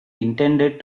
intended